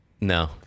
no